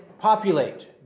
populate